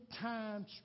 times